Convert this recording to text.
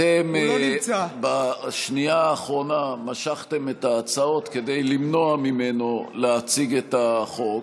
אתם בשנייה האחרונה משכתם את ההצעות כדי למנוע ממנו להציג את החוק.